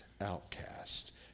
outcast